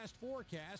forecast